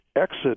exit